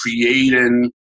creating